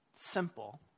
simple